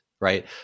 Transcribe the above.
right